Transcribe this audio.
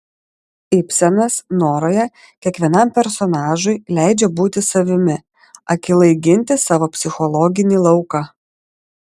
ibsenas noroje kiekvienam personažui leidžia būti savimi akylai ginti savo psichologinį lauką